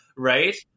right